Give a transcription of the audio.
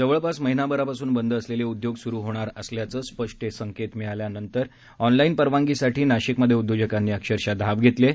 जवळपास महिन्याभरापासून बंद असलेले उद्योग सुरु होणार असल्याचे स्पष्ट संकेत मिळाल्यानंतर ऑनलाइन परवानगीसाठी नाशिकमध्ये उद्योजकांनी अक्षरशः धाव घेतली आहे